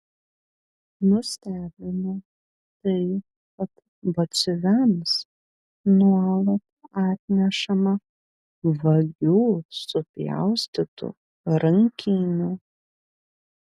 nustebino tai kad batsiuviams nuolat atnešama vagių supjaustytų rankinių